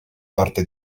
parte